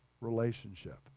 Relationship